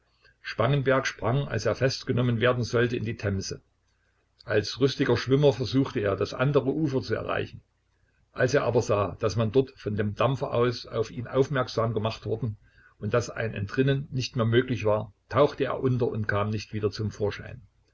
spangenberg sprang als er festgenommen werden sollte in die themse als rüstiger schwimmer versuchte er das andere ufer zu erreichen als er aber sah daß man dort von dem dampfer aus auf ihn aufmerksam gemacht worden und daß ein entrinnen nicht mehr möglich war tauchte er unter und kam nicht wieder zum vorschein